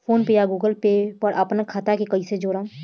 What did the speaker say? PhonePe या Google Pay पर अपना खाता के कईसे जोड़म?